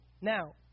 Now